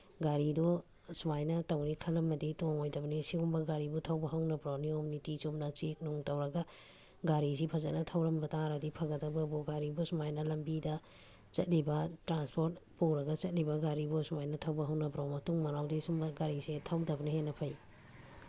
ꯒꯥꯔꯤꯗꯣ ꯁꯨꯃꯥꯏꯅ ꯇꯧꯅꯤ ꯈꯪꯂꯝꯃꯗꯤ ꯇꯣꯡꯂꯣꯏꯗꯕꯅꯤ ꯁꯤꯒꯨꯝꯕ ꯒꯥꯔꯤꯕꯨ ꯊꯧꯕ ꯍꯧꯅꯕ꯭ꯔꯣ ꯅꯤꯌꯣꯝ ꯅꯤꯇꯤ ꯆꯨꯝꯅ ꯆꯦꯛ ꯅꯨꯡ ꯇꯧꯔꯒ ꯒꯥꯔꯤꯁꯤ ꯐꯖꯅ ꯊꯧꯔꯝꯕ ꯇꯥꯔꯗꯤ ꯐꯕꯒꯗꯕꯕꯨ ꯒꯥꯔꯤꯕꯨ ꯁꯨꯃꯥꯏꯅ ꯂꯝꯕꯤꯗ ꯆꯠꯂꯤꯕ ꯇ꯭ꯔꯥꯟꯁꯄꯣꯔꯠ ꯄꯨꯔꯒ ꯆꯠꯂꯤꯕ ꯒꯥꯔꯤꯕꯨ ꯑꯁꯨꯃꯥꯏꯅ ꯊꯧꯕ ꯍꯧꯅꯕ꯭ꯔꯣ ꯃꯇꯨꯡ ꯃꯅꯥꯎꯗꯤ ꯁꯨꯝꯕ ꯒꯥꯔꯤꯁꯤ ꯊꯧꯗꯕꯅ ꯍꯦꯟꯅ ꯐꯩ